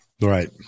Right